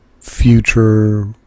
future